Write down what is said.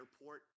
airport